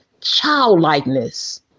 childlikeness